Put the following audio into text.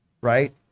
Right